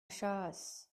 chas